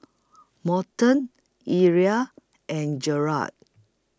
Morton Irl and Jerald